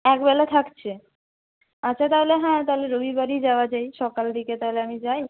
একবেলা থাকছে আচ্ছা তাহলে হ্যাঁ তাহলে রবিবারই যাওয়া যায় সকাল দিকে তাহলে আমি যাই